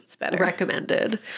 recommended